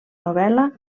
novel·la